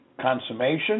consummation